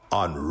on